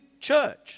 church